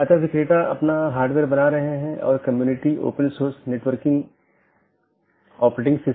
यह विज्ञापन द्वारा किया जाता है या EBGP वेपर को भेजने के लिए राउटिंग विज्ञापन बनाने में करता है